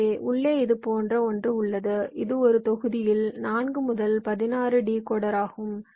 எனவே உள்ளே இது போன்ற ஒன்று உள்ளது இது ஒரு தொகுதியில் 4 முதல் 16 டிகோடராகும்